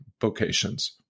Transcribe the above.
vocations